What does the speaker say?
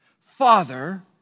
Father